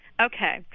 Okay